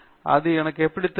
அது எனக்கு எப்படி தெரியும்